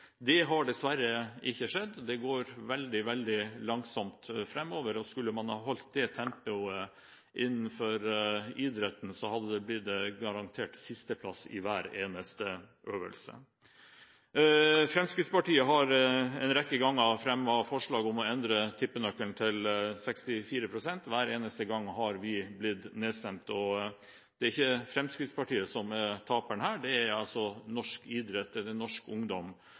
Det har dessverre ikke skjedd. Det går veldig langsomt framover, og skulle man holdt det tempoet innenfor idretten, hadde det garantert blitt sisteplass i hver eneste øvelse. Fremskrittspartiet har en rekke ganger fremmet forslag om å endre tippenøkkelen til 64 pst. Hver eneste gang har vi blitt nedstemt, og det er ikke Fremskrittspartiet som er taperen her: Det er norsk ungdom, det er norsk